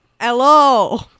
Hello